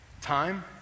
time